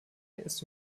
ist